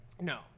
No